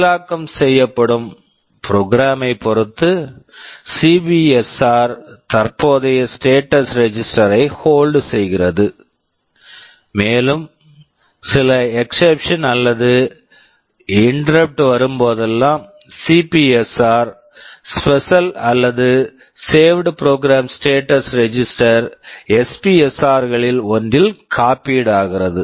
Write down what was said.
செயலாக்கம் செய்யப்படும் program program ஐ பொறுத்து சிபிஎஸ்ஆர் CPSR தற்போதைய ஸ்டேட்டஸ் ரெஜிஸ்டர் status register ஐ ஹோல்ட் hold செய்கிறது மேலும் சில எக்ஸ்ஸப்ஷன் exception அல்லது இன்டெரப்ட் interrupt வரும்போதெல்லாம் சிபிஎஸ்ஆர் CPSR ஸ்பெஷல் special அல்லது saved program saved program status status register register SPSR SPSR களில் ஒன்றில் காப்பீட் copied ஆகிறது